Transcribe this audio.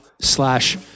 slash